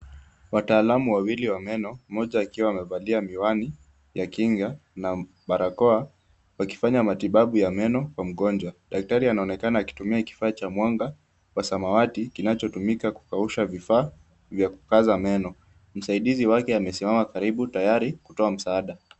Wataalamu wawili wa meno, mmoja akiwa amevalia miwani ya kinga na barakoa, wakifanya matibabu ya meno kwa mgonjwa. Daktari anaonekana akitumia kifaa cha mwanga wa samawati kinachotumika kukausha vifaa vya kukaza meno. Msaidizi wake amesimama karibu tayari kutoa msaada.